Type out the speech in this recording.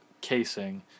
casing